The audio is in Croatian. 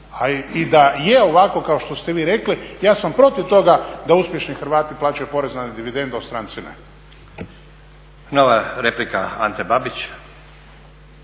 i da je ovako kao što ste vi rekli, ja sam protiv toga da uspješni Hrvati plaćaju porez na dividendu a stranci ne. **Stazić,